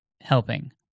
helping